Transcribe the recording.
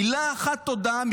מילה אחת של תודה,